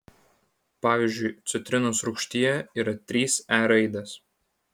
pavyzdžiui citrinos rūgštyje yra trys e raidės